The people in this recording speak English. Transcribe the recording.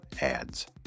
ads